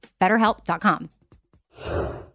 BetterHelp.com